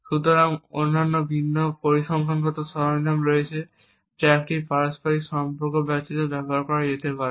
সুতরাং অন্যান্য বিভিন্ন পরিসংখ্যানগত সরঞ্জাম রয়েছে যা একটি পারস্পরিক সম্পর্ক ব্যতীত ব্যবহার করা যেতে পারে